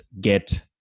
get